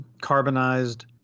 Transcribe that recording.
carbonized